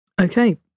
Okay